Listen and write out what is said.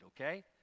okay